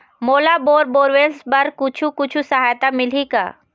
मोला bore borewells बर कुछू कछु सहायता मिलही का?